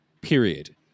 Period